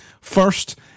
First